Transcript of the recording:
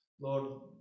lord